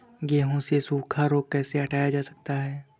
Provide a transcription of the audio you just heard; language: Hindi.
गेहूँ से सूखा रोग कैसे हटाया जा सकता है?